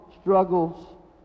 struggles